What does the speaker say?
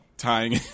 tying